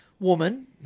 Woman